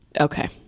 Okay